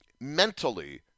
mentally